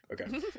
okay